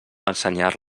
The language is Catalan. ensenyar